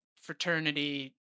fraternity